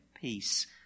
peace